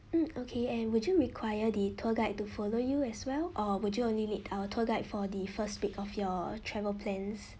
mm okay and would you require the tour guide to follow you as well or would you only need our tour guide for the first week of your travel plans